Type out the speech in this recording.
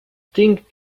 thing